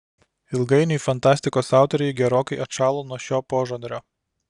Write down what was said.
ilgainiui fantastikos autoriai gerokai atšalo nuo šio požanrio